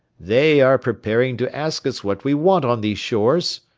they are preparing to ask us what we want on these shores,